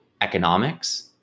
economics